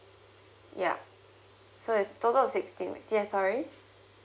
yeah so it's total of sixteen weeks yes sorry